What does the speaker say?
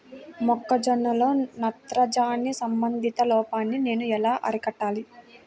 మొక్క జొన్నలో నత్రజని సంబంధిత లోపాన్ని నేను ఎలా అరికట్టాలి?